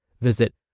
Visit